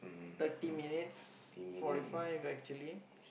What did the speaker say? thirty minutes forty five actually